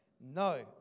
No